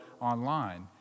online